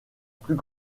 plus